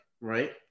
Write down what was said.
right